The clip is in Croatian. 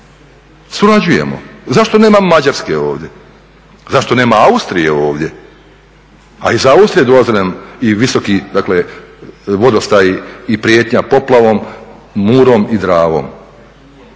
surađujemo. Zašto nema Mađarske ovdje? Zašto nema Austrije ovdje? A iz Austrije dolaze nam i visoki vodostaji i prijetnja poplavom, Murom i Dravom.